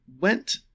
went